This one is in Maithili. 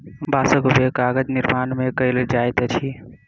बांसक उपयोग कागज निर्माण में कयल जाइत अछि